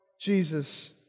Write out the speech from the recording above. Jesus